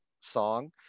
song